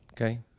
Okay